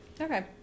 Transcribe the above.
Okay